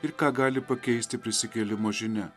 ir ką gali pakeisti prisikėlimo žinia